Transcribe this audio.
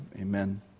amen